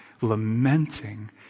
lamenting